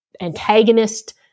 antagonist